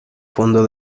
fondo